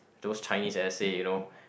those Chinese essay you know